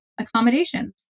Accommodations